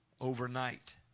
overnight